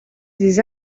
des